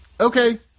okay